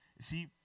see